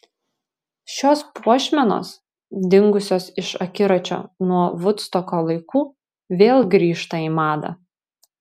šios puošmenos dingusios iš akiračio nuo vudstoko laikų vėl grįžta į madą